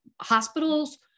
Hospitals